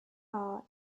are